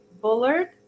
Bullard